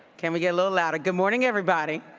can we get a little louder? good morning, everybody.